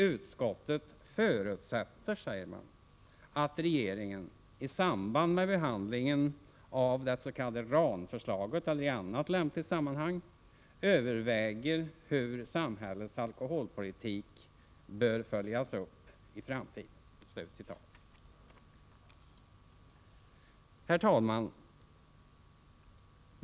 Utskottet förutsätter att regeringen — i samband med behandlingen av det s.k. RAN-förslaget eller i annat lämpligt sammanhang — överväger hur samhällets alkoholpolitik bör följas upp i framtiden.” Herr talman!